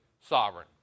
sovereign